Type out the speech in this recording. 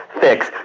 fix